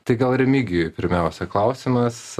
tai gal remigijui pirmiausia klausimas